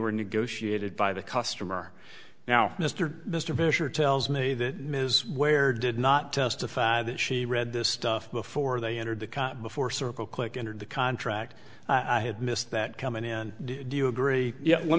were negotiated by the customer now mr mr fisher tells me that ms where did not testify that she read this stuff before they entered the cot before circle click entered the contract i had missed that come in do you agree yet let